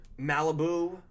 Malibu